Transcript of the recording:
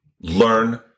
learn